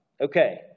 Okay